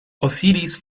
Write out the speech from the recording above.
osiris